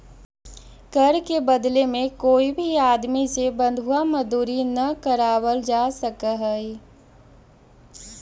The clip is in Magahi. कर के बदले में कोई भी आदमी से बंधुआ मजदूरी न करावल जा सकऽ हई